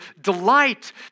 delight